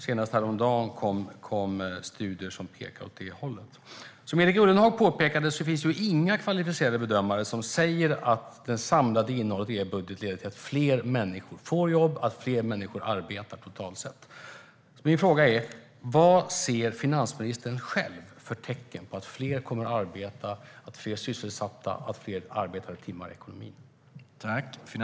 Senast häromdagen kom studier som pekar åt det hållet. Som Erik Ullenhag påpekade finns det inga kvalificerade bedömare som säger att det samlade innehållet i er budget leder till att fler människor får jobb och till att fler människor arbetar totalt sett. Min första fråga är: Vad ser finansministern själv för tecken på att fler kommer att arbeta, att det blir fler sysselsatta och att det blir fler arbetade timmar i ekonomin?